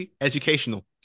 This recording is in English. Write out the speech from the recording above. Educational